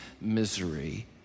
misery